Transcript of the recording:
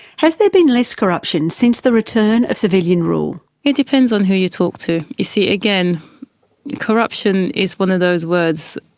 has there been less corruption since the return of civilian rule? it depends on who you talk to. you see, again corruption is one of those words.